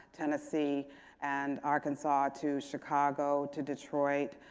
tennessee and arkansas to chicago, to detroit,